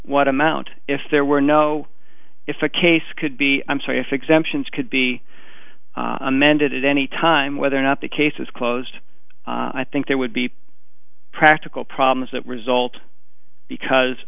what amount if there were no if a case could be i'm sorry if exemptions could be amended at any time whether or not the case is closed i think there would be practical problems that result because